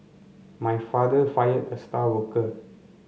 my father fired the star worker